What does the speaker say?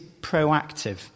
proactive